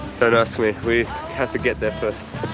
don't ask. we we have to get there first.